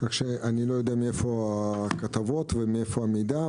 כך שאני לא יודע מאיפה הכתבות ומאיפה המידע.